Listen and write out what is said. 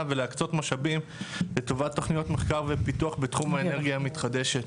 ולהקצות משאבים לטובת תוכניות מחקר ופיתוח בתחום האנרגיה המתחדשת.